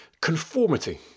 conformity